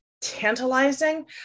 tantalizing